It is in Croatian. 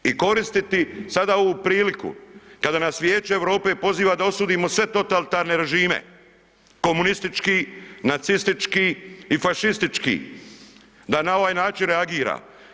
I koristiti sada ovu priliku kada nas Vijeće Europe poziva da osudimo sve totalitarne režime, komunistički, nacistički i fašistički, da na ovaj način reagira.